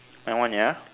my one ya